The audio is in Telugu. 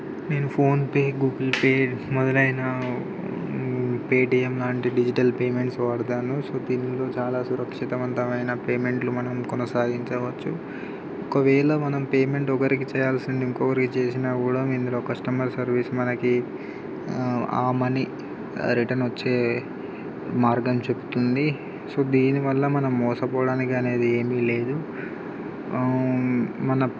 నేను ఫోన్పే గూగుల్ పే మొదలైన పేటియం లాంటి డిజిటల్ పేమెంట్స్ వాడతాను సో పిన్లు చాలా సురక్షితమంతమైన పేమెంట్లు మనం కొనసాగించవచ్చు ఒకవేళ మనం పేమెంట్ ఒకరికి చేయాల్సింది ఇంకొకరికి చేసిన కూడా ఇందులో కస్టమర్ సర్వీస్ మనకి ఆ మనీ రిటన్ వచ్చే మార్గం చెప్తుంది సో దీని వల్ల మనం మోసపోవడానికి అనేది ఏమి లేదు మన